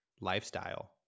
lifestyle